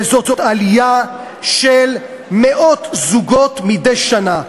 וזאת עלייה של מאות זוגות מדי שנה.